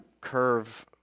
curve